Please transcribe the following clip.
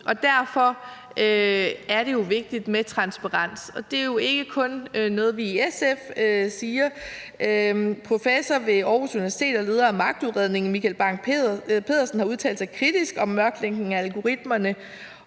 Derfor er det jo vigtigt med transparens, og det er jo ikke kun noget, vi siger i SF. Professor ved Aarhus Universitet og leder af magtudredningen, Michael Bang Petersen, har udtalt sig kritisk om mørklægning af algoritmerne,